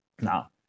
Now